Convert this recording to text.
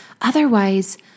Otherwise